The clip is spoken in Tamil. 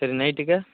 சரி நைட்டுக்கு